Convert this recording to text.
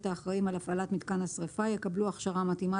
האחראים על הפעלת מיתקן השריפה יקבלו הכשרה מתאימה